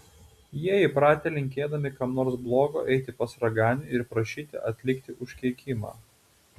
jie įpratę linkėdami kam nors blogo eiti pas raganių ir prašyti atlikti užkeikimą